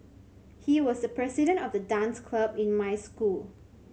he was the president of the dance club in my school